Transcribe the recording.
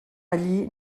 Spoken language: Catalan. allí